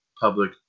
public